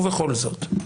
ובכל זאת,